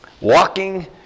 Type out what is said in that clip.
Walking